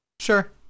Sure